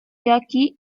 jockey